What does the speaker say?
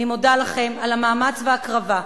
אני מודה לכם על המאמץ וההקרבה.